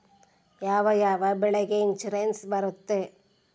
ಯಾವ ಯಾವ ಬೆಳೆಗೆ ಇನ್ಸುರೆನ್ಸ್ ಬರುತ್ತೆ?